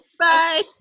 Bye